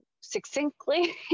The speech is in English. succinctly